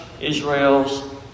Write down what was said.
Israel's